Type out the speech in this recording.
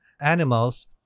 animals